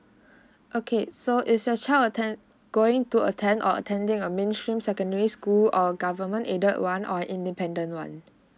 okay so is your child attend going to attend or attending a mainstream secondary school or government aided one or independent one